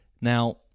now